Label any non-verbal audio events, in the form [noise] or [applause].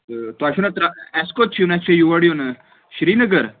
تہٕ تۄہہِ چھُنہ [unintelligible] اَسہِ کوٚت چھِ یُن اَسہِ چھےٚ یور یُن سرینگر